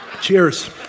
Cheers